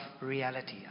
reality